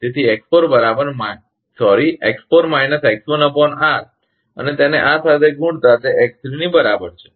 તેથી x4 x1 R અને તેને આ સાથે ગુણતા તે x3 ની બરાબર છે